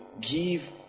give